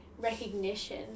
recognition